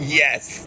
yes